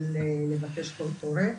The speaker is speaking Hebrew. של לבקש קול קורא.